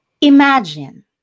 Imagine